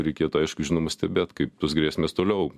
reikėtų aišku žinoma stebėt kaip tos grėsmės toliau